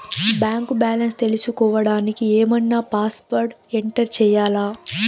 Bank balance తెలుసుకోవడానికి ఏమన్నా password enter చేయాలా?